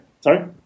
Sorry